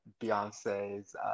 Beyonce's